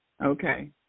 Okay